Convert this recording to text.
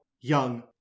Young